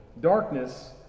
Darkness